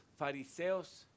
fariseos